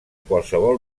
qualsevol